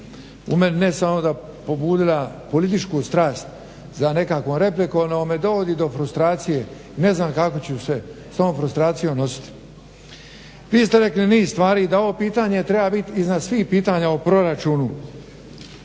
u meni je ne samo pobudila političku strast za nekakvom replikom, ovo me dovodi do frustracije, ne znam kako ću se sa ovom frustracijom nosit. Vi ste rekli niz stvari da ovo pitanje treba biti iznad svih pitanja o proračunu,